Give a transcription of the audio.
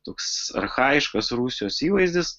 toks archajiškas rusijos įvaizdis